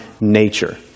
nature